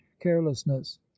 carelessness